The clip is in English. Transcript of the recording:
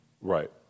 Right